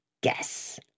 Guess